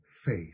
faith